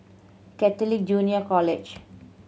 Catholic Junior College